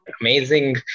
amazing